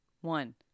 One